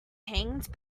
hanged